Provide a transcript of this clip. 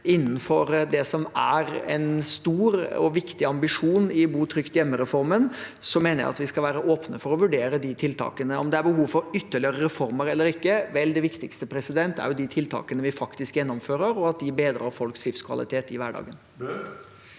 innenfor det som er en stor og viktig ambisjon i bo trygt hjemme-reformen, mener jeg vi skal være åpne for å vurdere de tiltakene. Om det er behov for ytterligere reformer, eller ikke – vel, det viktigste er de tiltakene vi faktisk gjennomfører, og at de bedrer folks livskvalitet i hverdagen.